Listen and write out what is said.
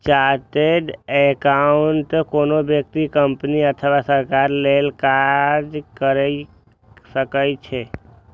chartered accountant कोनो व्यक्ति, company अथवा सरकार लेल काज कैर सकै छै